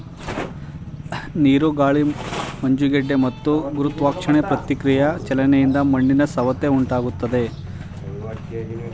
ನೀರು ಗಾಳಿ ಮಂಜುಗಡ್ಡೆ ಮತ್ತು ಗುರುತ್ವಾಕರ್ಷಣೆ ಪ್ರತಿಕ್ರಿಯೆಯ ಚಲನೆಯಿಂದ ಮಣ್ಣಿನ ಸವೆತ ಉಂಟಾಗ್ತದೆ